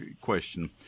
question